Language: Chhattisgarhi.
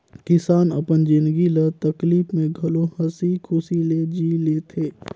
किसान अपन जिनगी ल तकलीप में घलो हंसी खुशी ले जि ले थें